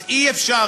אז אי-אפשר,